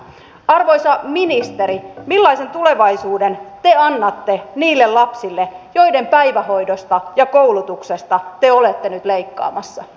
arvoisa ministeri millaisen tulevaisuuden te annatte niille lapsille joiden päivähoidosta ja koulutuksesta te olette nyt leikkaamassa